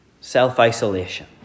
Self-isolation